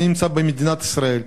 אני נמצא במדינת ישראל,